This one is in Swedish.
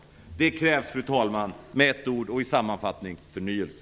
Det krävs, fru talman, med ett ord och i sammanfattning förnyelse!